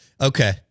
Okay